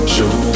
Show